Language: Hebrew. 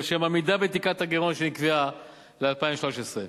ולשם עמידה בתקרת הגירעון שנקבעה ל-2013.